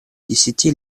десяти